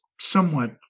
somewhat